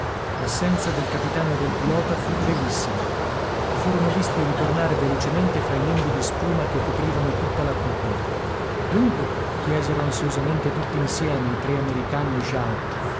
l'assenza del capitano e del pilota fu brevissima furono visti ritornare velocemente fra i nembi di spuma che coprivano tutta la cupola dunque chiesero ansiosamente tutti insieme i tre americani e jao